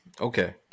Okay